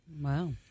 Wow